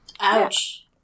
Ouch